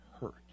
hurt